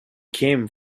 came